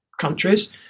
countries